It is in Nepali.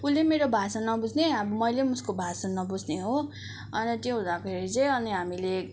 उसले पनि मेरो भाषा नबुझ्ने अब मैले पनि उसको भाषा नबुझ्ने हो अनि त्यो हुँदाखेरि चाहिँ अनि हामीले अब